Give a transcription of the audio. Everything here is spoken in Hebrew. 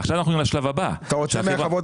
עכשיו אנחנו לשלב הבא -- אתה רוצה מהחברות